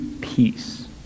peace